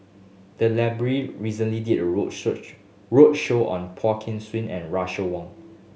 the library recently did a roadshow on Poh Kay and Russel Wong